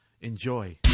enjoy